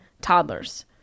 toddlers